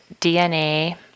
DNA